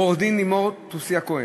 עורכת-דין לימור תוסיה-כהן,